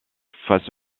face